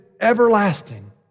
everlasting